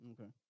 Okay